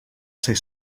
ser